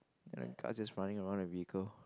and carts just running around the vehicle